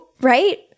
Right